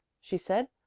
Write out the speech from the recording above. she said.